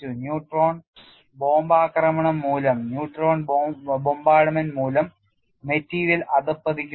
neutron ബോംബാക്രമണം മൂലം material അധപതിക്കുന്നു